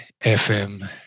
FM